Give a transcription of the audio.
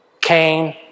Cain